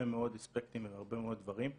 מאוד אספקטים והרבה מאוד דברים טובה.